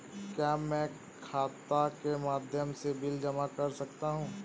क्या मैं खाता के माध्यम से बिल जमा कर सकता हूँ?